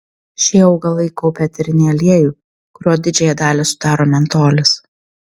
šie augalai kaupia eterinį aliejų kurio didžiąją dalį sudaro mentolis